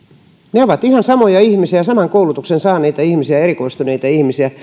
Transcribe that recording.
he ovat ihan samoja ihmisiä saman koulutuksen saaneita ihmisiä erikoistuneita ihmisiä